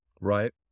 right